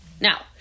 Now